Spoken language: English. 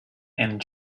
and